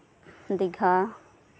ᱫᱤᱜᱷᱟ